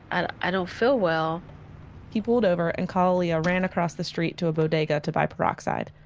and i don't feel well he pulled over and kalalea ran across the street to a bodega to buy peroxide,